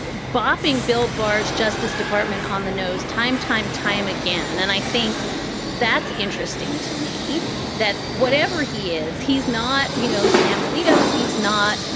but bopping bill baj, justice department on the nose time, time, time again. and i think that's interesting to me that whatever he is, he's not, you know, sam alito. he's not.